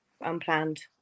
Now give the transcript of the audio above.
unplanned